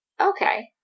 Okay